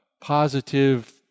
positive